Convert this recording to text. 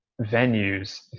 venues